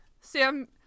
Sam